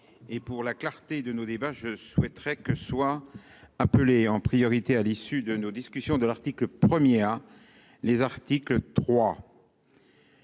meilleure clarté de nos débats, je souhaiterais que soient appelés en priorité, à l'issue de nos discussions sur l'article 1 A, les articles 3